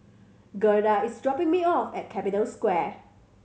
Gerda is dropping me off at Capital Square